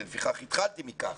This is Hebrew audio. לכן התחלתי מכך,